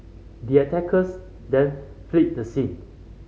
the attackers then fled the scene